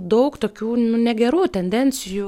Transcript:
daug tokių nu negerų tendencijų